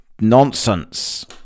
Nonsense